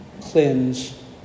cleanse